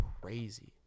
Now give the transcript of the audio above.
crazy